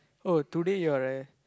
oh today you're a